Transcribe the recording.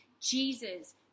Jesus